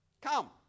come